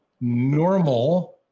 normal